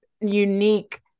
unique